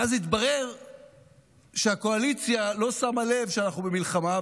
ואז התברר שהקואליציה לא שמה לב שאנחנו במלחמה,